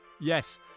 yes